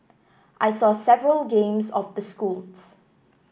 I saw several games of the schools